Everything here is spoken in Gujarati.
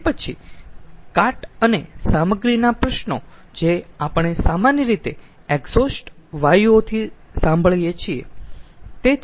તે પછી કાટ અને સામગ્રીના પ્રશ્નો જે આપણે સામાન્ય રીતે એક્ઝોસ્ટ વાયુઓથી સંભાળીયે છીએ